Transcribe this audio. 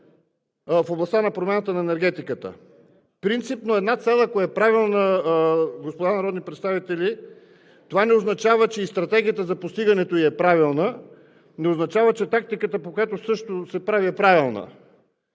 да не ставам пак да се изказвам. Принципно една цел, ако е правилна, господа народни представители, това не означава, че и стратегията за постигането ѝ е правилна. Не означава, че тактиката, по която също се прави, е правилна.